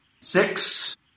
Six